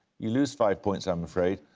you lose five points, i'm afraid.